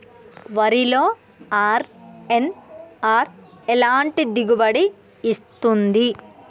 వరిలో అర్.ఎన్.ఆర్ ఎలాంటి దిగుబడి ఇస్తుంది?